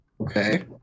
Okay